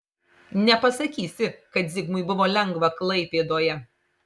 nepasakysi kad zigmui buvo lengva klaipėdoje